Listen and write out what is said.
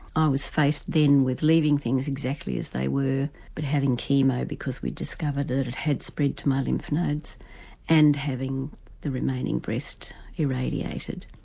i was faced then with leaving things exactly as they were but having chemo because we'd discovered had spread to my lymph nodes and having the remaining breast irradiated.